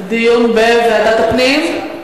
דיון בוועדת הפנים?